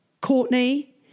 Courtney